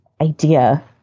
idea